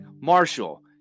Marshall